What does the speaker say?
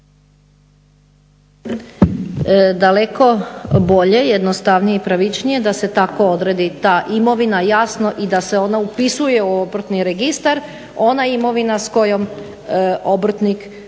daleko bolje, jednostavnije, pravičnije da se tako odredi ta imovina jasno i da se ona upisuje u obrtni registar, ona imovina s kojom obrtnik